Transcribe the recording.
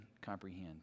comprehend